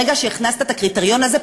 ברגע שהכנסת את הקריטריון הזה,